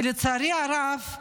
לצערי הרב,